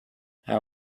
how